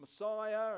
Messiah